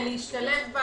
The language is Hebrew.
הוצאות מותנות בהכנסה,